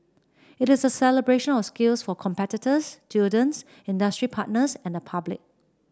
it is a celebration of skills for competitors students industry partners and the public